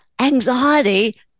anxiety